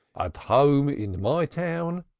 at home in my town,